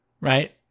Right